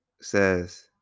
says